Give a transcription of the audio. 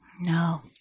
No